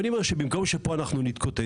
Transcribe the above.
ואני אומר, שבמקום שפה אנחנו נתקוטט